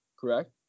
correct